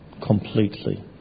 completely